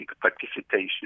participation